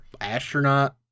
astronaut